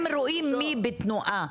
הם רואים מי בתנועה.